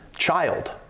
child